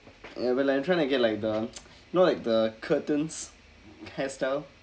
ya but like I'm trying to get like the you know like the curtains hairstyle